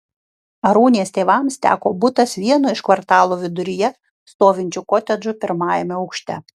arūnės tėvams teko butas vieno iš kvartalo viduryje stovinčių kotedžų pirmajame aukšte